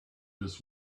this